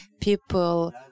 people